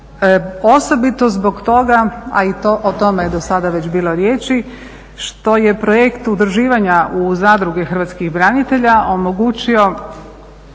osobito zbog toga, o tome je do sada već bilo riječi, što je projekt udruživanja u zadruge hrvatskih branitelja omogućio